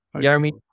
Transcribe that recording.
Jeremy